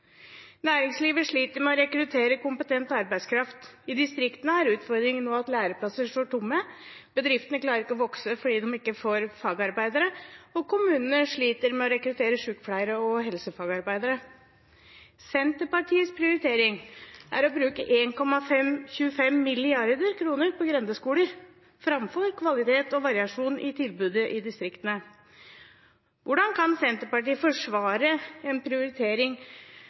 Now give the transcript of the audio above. Næringslivet sliter med å rekruttere kompetent arbeidskraft. I distriktene er utfordringen nå at læreplasser står tomme. Bedriftene klarer ikke å vokse fordi de ikke får fagarbeidere, og kommunene sliter med å rekruttere sykepleiere og helsefagarbeidere. Senterpartiets prioritering er å bruke 1,25 mrd. kr på grendeskoler framfor kvalitet og variasjon i tilbudet i distriktene. Hvordan kan Senterpartiet forsvare en prioritering